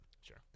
Sure